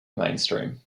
mainstream